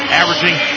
averaging